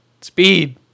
Speed